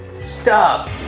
Stop